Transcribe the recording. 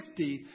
50